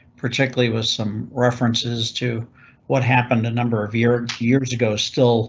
particularly with some references to what happened a number of years years ago. still